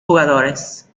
jugadores